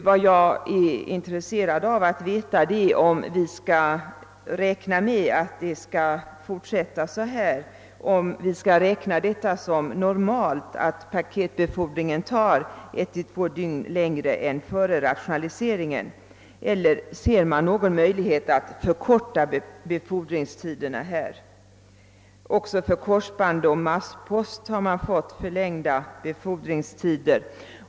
Vad jag nu närmast är intresserad av att få veta är om vi i fortsättningen skall räkna det som normalt att paketbefordringen går 1-—2 dygn långsammare än före rationaliseringen eller om man ser någon möjlighet att förkorta befordringstiderna. | Också för korsband och masspost har befordringstiderna blivit längre.